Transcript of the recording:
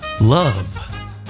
Love